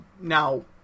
Now